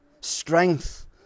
Strength